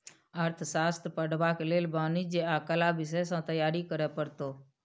अर्थशास्त्र पढ़बाक लेल वाणिज्य आ कला विषय सँ तैयारी करय पड़तौ